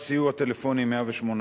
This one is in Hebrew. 1. קו סיוע טלפוני 118,